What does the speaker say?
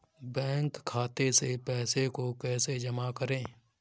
Bank खाते से पैसे को कैसे जमा करें?